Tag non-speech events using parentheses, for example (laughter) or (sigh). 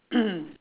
(coughs)